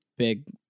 Big